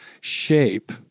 shape